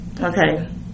okay